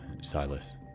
Silas